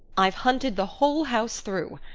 i've hunted the whole house through.